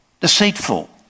deceitful